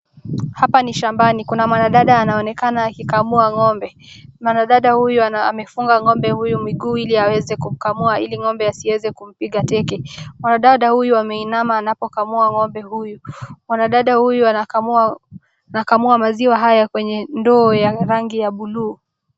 Hapa ni shambani, kuna mwanadada anaonekana akikamua ng'ombe, mwanadada huyu amefunga ng'ombe huyu miguu, ili aweze kumiamua ili ng'ombe asieze kumpiga teke, mwanadada huyu ameinama anapokamua ng'ombe huyu, mwanadada huyu anakamua maziwa haya kwenye ndoo ya rangi ya buluu.